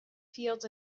fields